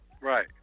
Right